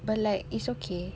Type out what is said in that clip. but like it's okay